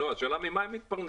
לא, השאלה היא ממה הם מתפרנסים?